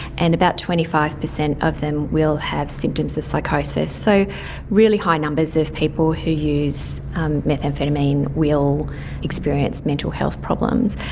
and about twenty five percent of them will have symptoms of psychosis. so really high numbers of people who use methamphetamine will experience mental health problems.